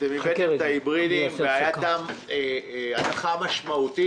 אתם הבאתם את ההיברידיים והייתה הנחה משמעותית,